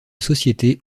société